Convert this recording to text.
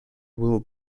will